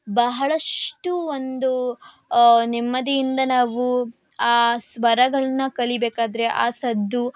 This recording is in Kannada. ಬಹಳಷ್ಟು ಒಂದು ನೆಮ್ಮದಿಯಿಂದ ನಾವು ಆ ಸ್ವರಗಳನ್ನ ಕಲಿಬೇಕಾದರೆ ಆ ಸದ್ದು